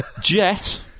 Jet